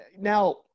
Now